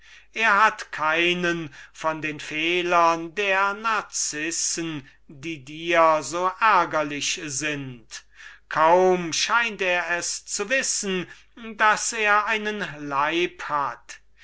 er hat keinen von den fehlern der schönen narcissen die dir so ärgerlich sind kaum scheint er es zu wissen daß er einen leib hat